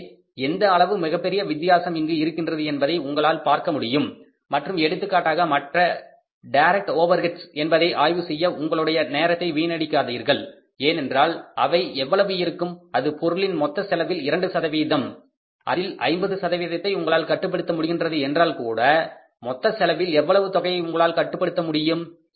எனவே எந்த அளவு மிகப்பெரிய வித்தியாசம் அங்கு இருக்கின்றது என்பதை உங்களால் பார்க்க முடியும் மற்றும் எடுத்துக்காட்டாக மற்ற டைரக்ட் ஓவெர்ஹெட்ஸ் என்பதை ஆய்வு செய்ய உங்களுடைய நேரத்தை வீணடிக்கிறார்கள் ஏனென்றால் அவை எவ்வளவு இருக்கும் அது பொருளின் மொத்த செலவில் 2 அதில் 50 சதவீதத்தை உங்களால் கட்டுப்படுத்த முடிகின்றது என்றால் கூட மொத்த செலவில் எவ்வளவு தொகையை உங்களால் கட்டுப்படுத்த முடியும்